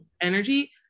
energy